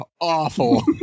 awful